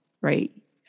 right